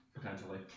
Potentially